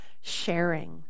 sharing